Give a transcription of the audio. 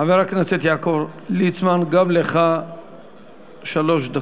חבר הכנסת יעקב ליצמן, גם לך שלוש דקות.